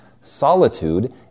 solitude